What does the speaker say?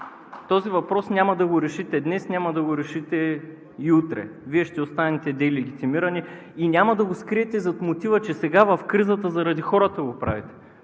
Този въпрос няма да го решите днес, няма да го решите и утре. Вие ще останете делегитимирани и няма да го скриете зад мотива, че сега, в кризата, заради хората го правите,